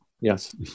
Yes